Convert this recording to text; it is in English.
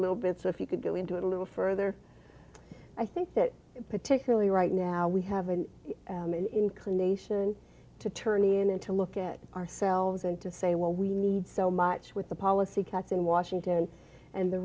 little bit so if you could go into it a little further i think that particularly right now we have an inclination to tourney and then to look at ourselves and to say well we need so much with the policy cats in washington and the